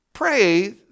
pray